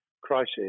crisis